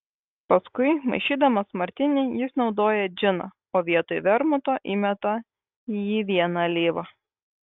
paskui maišydamas martinį jis naudoja džiną o vietoj vermuto įmeta į jį vieną alyvą